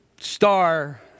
star